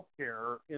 healthcare